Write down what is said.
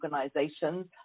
organisations